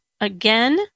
again